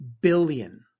billion